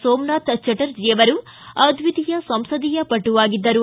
ಸೋಮನಾಥ್ ಚಟರ್ಜಿ ಅವರು ಅದ್ವಿತೀಯ ಸಂಸದೀಯ ಪಟು ಆಗಿದ್ದರು